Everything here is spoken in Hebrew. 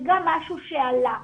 זה גם משהו שעלה.